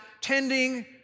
tending